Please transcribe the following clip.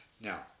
Now